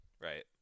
Right